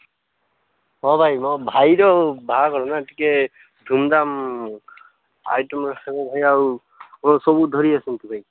ହଁ ଭାଇ ମୋ ଭାଇର ବାହାଘର ନା ଟିକେ ଧୁମ୍ ଧାମ୍ ଆଉ ସବୁ ଧରି ଆସନ୍ତୁ ଭାଇ